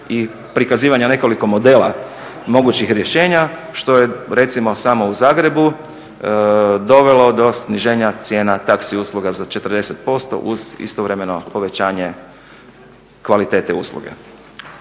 i prikazivanja nekoliko modela mogućih rješenja što je recimo samo u Zagrebu dovelo do sniženja cijena taxi usluga za 40% uz istovremeno povećanje kvalitete usluge.